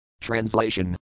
Translation